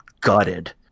gutted